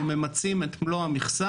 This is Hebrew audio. אנחנו ממצים את מלוא המכסה,